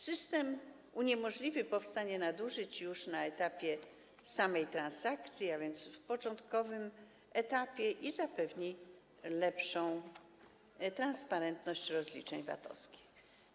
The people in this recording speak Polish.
System uniemożliwi powstanie nadużyć już na etapie samej transakcji, a więc w początkowym etapie, i zapewni lepszą transparentność rozliczeń VAT-owskich.